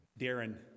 Darren